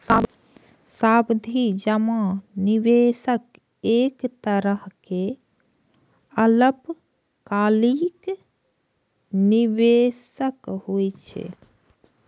सावधि जमा निवेशक एक तरहक अल्पकालिक निवेश होइ छै